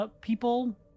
people